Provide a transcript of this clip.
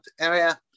area